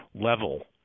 level